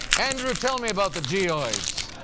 andrew, tell me about the geoids.